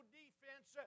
defense